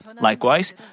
Likewise